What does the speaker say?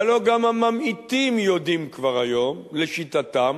והלוא גם הממעיטים יודעים כבר היום, לשיטתם,